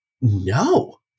no